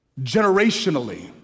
Generationally